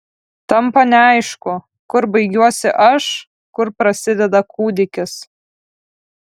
tampa neaišku kur baigiuosi aš kur prasideda kūdikis